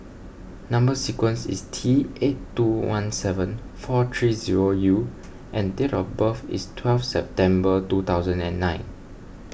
Number Sequence is T eight two one seven four three zero U and date of birth is twelve September two thousand and nine